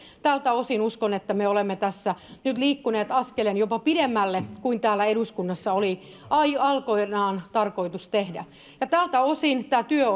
tältä osin uskon että me olemme tässä nyt liikkuneet askeleen jopa pidemmälle kuin täällä eduskunnassa oli aikoinaan tarkoitus tehdä ja tältä osin tämä työ